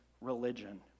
religion